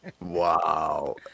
Wow